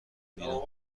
بیرون